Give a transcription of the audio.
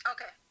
Okay